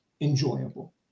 enjoyable